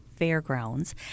fairgrounds